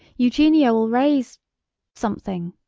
eugenio'll raise something!